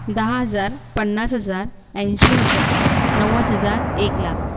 दहा हजार पन्नास हजार ऐंशी हजार नव्वद हजार एक लाख